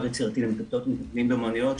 יצירתי למטפלות ומטפלים באומנויות",